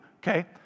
okay